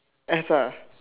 S ah